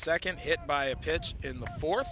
second hit by a pitch in the four